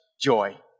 joy